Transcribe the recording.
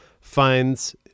finds-